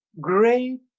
great